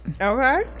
Okay